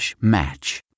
match